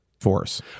force